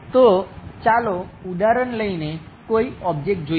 તો ચાલો ઉદાહરણ લઈને કોઈ ઓબ્જેક્ટ જોઈએ